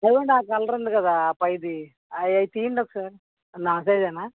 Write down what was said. అదిగోనండీ ఆ కలర్ ఉంది కదా ఆ పైది అవి అవి తియ్యండి ఒకసారి నా సైజేనా